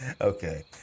Okay